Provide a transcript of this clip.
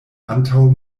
antaŭ